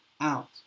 out